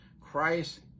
Christ